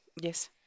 yes